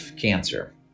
cancer